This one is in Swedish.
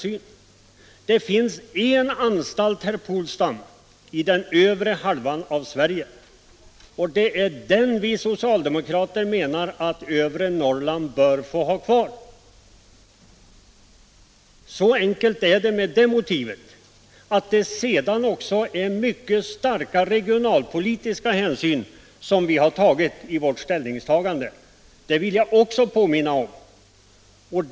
Det finns e» anstalt i den övre halvan av Sverige, herr Polstam. Det är den vi socialdemokrater menar att övre Norrland bör få ha kvar. Så 137 värden enkelt är det med det motivet! Jag vill också påminna om att vi i vårt ställningstagande tagit stor hänsyn till regionalpolitiska skäl.